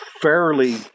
fairly